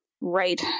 Right